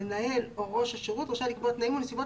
המנהל או ראש השירות רשאי לקבוע תנאים ונסיבות